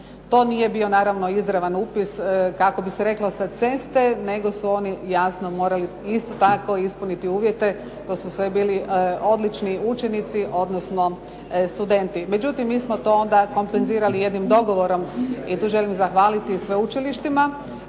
To nije bio naravno izravan upis, kako bi se reklo sa ceste nego su oni, jasno, morali isto tako ispuniti uvjete. To su sve bili odlični učenici odnosno studenti. Međutim, mi smo to onda kompenzirali jednim dogovorom i tu želim zahvaliti sveučilištima